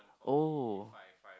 oh